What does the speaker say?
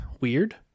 Weird